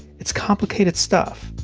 it's complicated stuff.